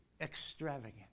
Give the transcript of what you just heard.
extravagant